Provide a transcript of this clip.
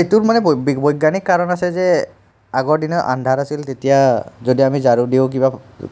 এইটোৰ মানে বৈজ্ঞানিক কাৰণ আছে যে আগৰ দিনত আন্ধাৰ আছিল তেতিয়া যদি আমি ঝাৰু দিওঁ কিবা